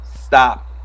Stop